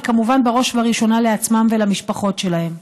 וכמובן בראש ובראשונה לעצמם ולמשפחות שלהם.